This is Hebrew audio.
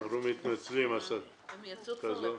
הם יצאו כבר לפגרה.